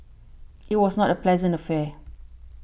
it was not a pleasant affair